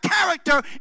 character